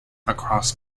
across